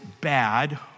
bad